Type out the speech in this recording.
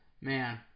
man